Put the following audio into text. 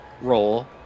role